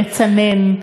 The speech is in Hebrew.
לצנן,